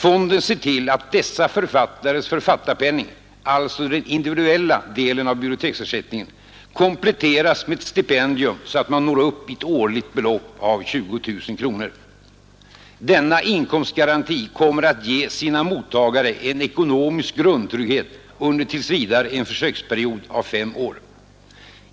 Fonden ser till att dessa författares författarpenning — alltså den individuella delen av biblioteksersättningen — kompletteras med ett stipendium så att man når upp i ett årligt belopp av 20 000 kronor. Denna inkomstgaranti kommer att ge sina mottagare en ekonomisk grundtrygghet under tills vidare en försöksperiod av fem år.